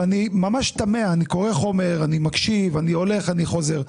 ואני ממש תמה; אני קורא חומר, מקשיב, הולך וחוזר.